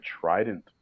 trident